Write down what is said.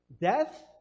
death